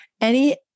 any-